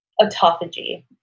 autophagy